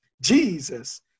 Jesus